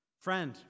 Friend